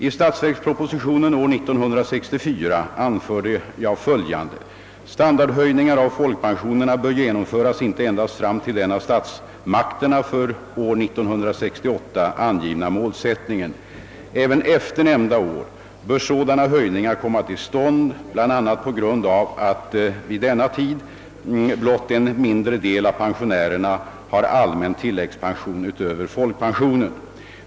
I statsverkspropositionen år 1964 anförde jag följande: »Standardhöjningar av folkpensionerna bör genomföras inte endast fram till den av statsmakterna för år 1968 angivna målsättningen, Även efter nämnda år bör sådana höjningar komma till stånd bl.a. på grund av att vid denna tid blott en mindre del av pensionärerna har allmän tilläggspension utöver folkpensionen.